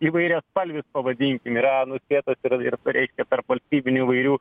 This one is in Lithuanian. įvairiaspalvis pavadinkim yra nuspėtas yra ir reikia tarpvalstybinių įvairių